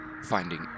finding